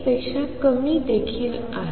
पेक्षा कमी देखील आहे